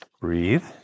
Breathe